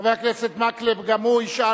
חבר הכנסת מקלב גם הוא ישאל,